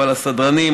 אבל הסדרנים,